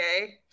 okay